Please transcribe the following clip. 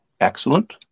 excellent